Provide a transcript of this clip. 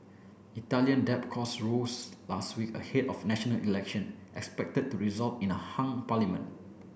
Italian debt costs rose last week ahead of national election expected to result in a hung parliament